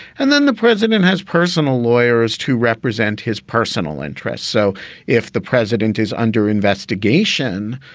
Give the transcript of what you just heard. and then the president has personal lawyers to represent his personal interests. so if the president is under investigation,